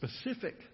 specific